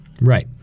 Right